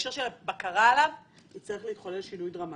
שבהקשר של הבקרה עליו, יצטרך להתחולל שינוי דרמטי.